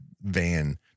van